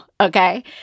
okay